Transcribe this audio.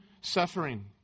suffering